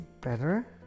better